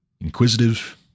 inquisitive